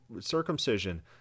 circumcision